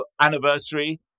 anniversary